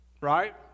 right